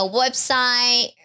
website